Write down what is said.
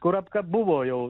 kurapka buvo jau